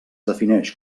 defineix